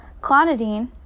Clonidine